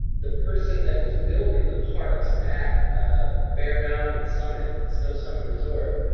the person that was building the parks at ah bear mountain and summit, snow summit resort.